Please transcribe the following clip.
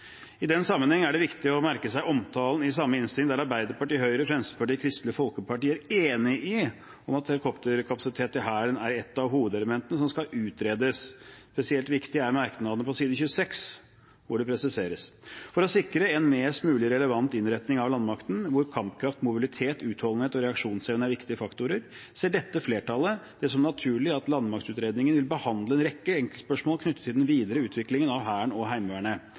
I den sammenheng er det viktig å merke seg omtalen i samme innstilling der Arbeiderpartiet, Høyre, Fremskrittspartiet og Kristelig Folkeparti er enige om at helikopterkapasitet i Hæren er et av hovedelementene som skal utredes. Spesielt viktig er merknaden på side 26, der det presiseres: «For å sikre en mest mulig relevant innretning av landmakten, hvor kampkraft, mobilitet, utholdenhet og reaksjonsevne er viktige faktorer, ser dette flertallet det som naturlig at landmaktutredningen vil behandle en rekke enkeltspørsmål knyttet til den videre utviklingen av Hæren og Heimevernet,